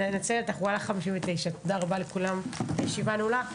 תודה רבה לכולם, הישיבה נעולה.